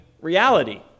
reality